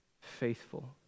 faithful